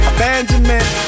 Abandonment